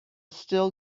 still